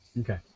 Okay